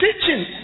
Teaching